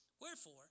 Wherefore